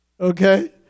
okay